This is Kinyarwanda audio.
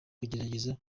kugerageza